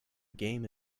game